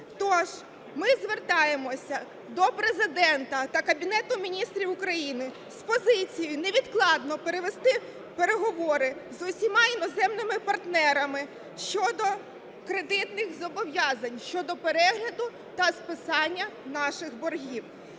Тож ми звертаємося до Президента та Кабінету Міністрів України з позицією, невідкладно перевести переговори з усіма іноземними партнерами щодо кредитних зобов'язань щодо перегляду та списання наших боргів.